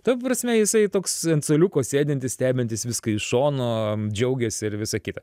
ta prasme jisai toks ant suoliuko sėdintis stebintis viską iš šono džiaugiasi ir visa kita